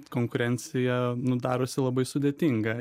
konkurencija nu darosi labai sudėtinga